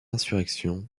insurrection